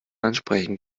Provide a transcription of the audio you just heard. ansprechen